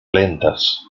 lentas